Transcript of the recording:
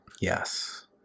Yes